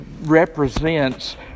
represents